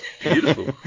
beautiful